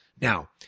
Now